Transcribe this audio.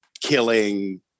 killing